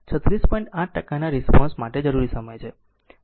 8 ટકાના રિસ્પોન્સ માટે જરૂરી સમય છે